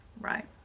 right